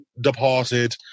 departed